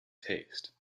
taste